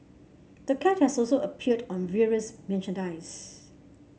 the cat has also appeared on various merchandise